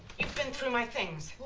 you've been through my things.